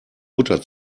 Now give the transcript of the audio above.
butter